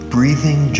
Breathing